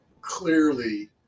clearly